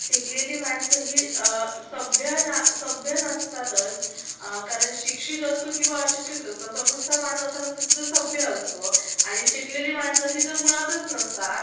शिकलेली माणसं ही सभ्य ना सभ्य नसतातच कारण शिक्षित असो किंवा अशिक्षित असो असा कुठचा माणूस असा नसतो की जो सभ्य असतो आणि शिकलेली माणसं ही तर मुळातच नसतात